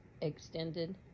extended